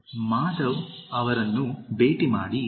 1 ಮಾಧವ್ ಅವರನ್ನು ಭೇಟಿ ಮಾಡಿ